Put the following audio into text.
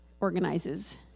organizes